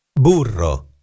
Burro